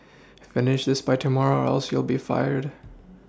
finish this by tomorrow or else you'll be fired